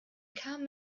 kam